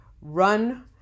run